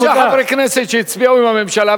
היו ארבעה-חמישה חברי כנסת שהצביעו עם הממשלה,